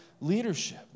leadership